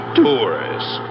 tourists